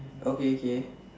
okay K